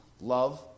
love